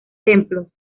templos